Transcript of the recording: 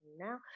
Now